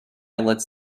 lets